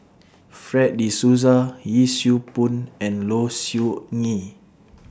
Fred De Souza Yee Siew Pun and Low Siew Nghee